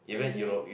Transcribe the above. oh yeah